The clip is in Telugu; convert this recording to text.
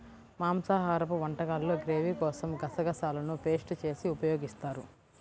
మాంసాహరపు వంటకాల్లో గ్రేవీ కోసం గసగసాలను పేస్ట్ చేసి ఉపయోగిస్తారు